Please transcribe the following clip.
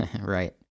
Right